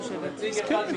התרבות והספורט של הכנסת.